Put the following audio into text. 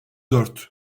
dört